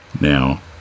now